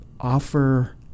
offer